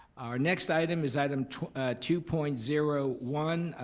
our next item is item two two point zero one,